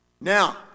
Now